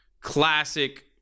Classic